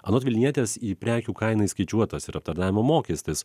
anot vilnietės į prekių kainą įskaičiuotas ir aptarnavimo mokestis